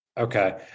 Okay